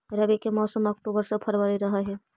रब्बी के मौसम अक्टूबर से फ़रवरी रह हे